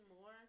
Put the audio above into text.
more